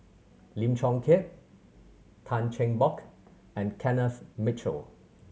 Lim Chong Keat Tan Cheng Bock and Kenneth Mitchell